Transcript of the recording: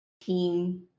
team